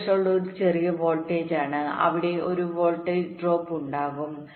V threshold ഒരു ചെറിയ വോൾട്ടേജാണ് അവിടെ ഒരു വോൾട്ടേജ് ഡ്രോപ്പ് ഉണ്ടാകും